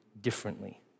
differently